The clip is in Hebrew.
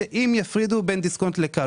אם יפרידו בין דיסקונט לכאל.